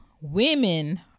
women